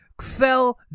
Fell